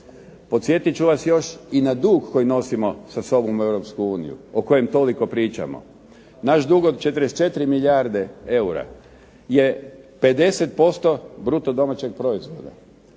Podsjetit ću vas još i na dug kojeg nosimo sa sobom u Europsku uniju, o kojem toliko pričamo. Naš dug od 44 milijarde eura je 50% bruto domaćeg proizvoda.